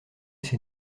c’est